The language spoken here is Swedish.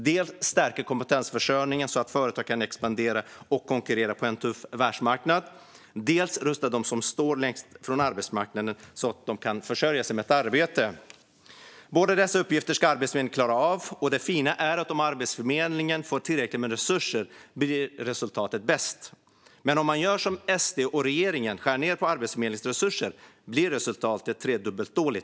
Dels behöver kompetensförsörjningen förstärkas så att företag kan expandera och konkurrera på en tuff världsmarknad, dels behöver de som står längst från arbetsmarknaden rustas så att de kan försörja sig genom arbete. Båda dessa uppgifter ska Arbetsförmedlingen klara av, och det fina är att resultatet blir som bäst om Arbetsförmedlingen får tillräckligt med resurser. Men om man gör som SD och regeringen, nämligen skär ned på Arbetsförmedlingens resurser, blir resultatet tredubbelt dåligt.